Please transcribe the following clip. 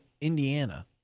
Indiana